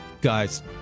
guys